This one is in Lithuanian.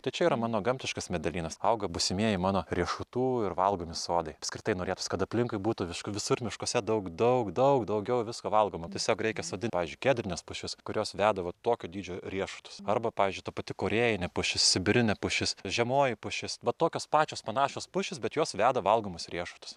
tai čia yra mano gamtiškas medelynas auga būsimieji mano riešutų ir valgomi sodai apskritai norėtųs kad aplinkui būtų viš visur miškuose daug daug daug daugiau visko valgomo tiesiog reikia sodint pavyzdžiui kedrines pušis kurios veda va tokio dydžio riešutus arba pavyzdžiui ta pati korėjinė pušis sibirinė pušis žemoji pušis va tokios pačios panašios pušys bet jos veda valgomus riešutus